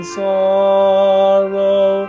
sorrow